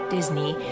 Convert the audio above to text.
Disney